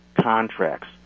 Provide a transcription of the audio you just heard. contracts